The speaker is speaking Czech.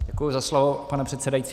Děkuji za slovo, pane předsedající.